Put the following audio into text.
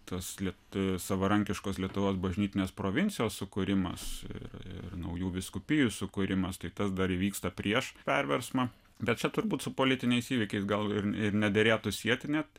tas lit savarankiškos lietuvos bažnytinės provincijos sukūrimas ir ir naujų vyskupijų sukūrimas tai tas dar įvyksta prieš perversmą bet čia turbūt su politiniais įvykiais gal ir ir nederėtų sieti net